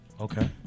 Okay